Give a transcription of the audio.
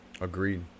Agreed